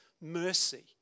mercy